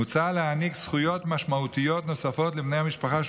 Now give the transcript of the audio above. מוצע להעניק זכויות משמעותיות נוספות לבני המשפחה של